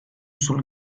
sul